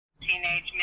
Teenage